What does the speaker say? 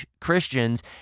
Christians